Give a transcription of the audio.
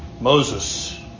Moses